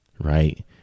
right